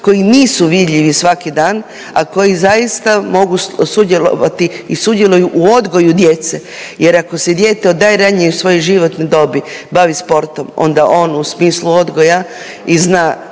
koji nisu vidljivi svaki dan, a koji zaista mogu sudjelovati i sudjeluju u odgoju djece jer ako se dijete od najranije svoje životne dobi bavi sportom onda on u smislu odgoja i zna